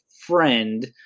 friend